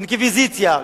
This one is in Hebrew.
אינקוויזיציה,